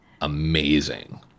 amazing